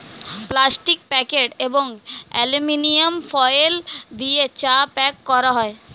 plastic packet এবং aluminium foil দিয়ে চা প্যাক করা হয়